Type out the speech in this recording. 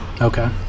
okay